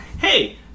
hey